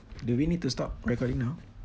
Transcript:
do we need to stop recording now